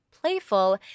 playful